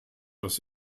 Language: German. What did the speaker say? das